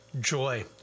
Joy